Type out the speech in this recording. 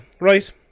Right